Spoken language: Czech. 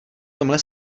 tomhle